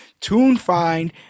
TuneFind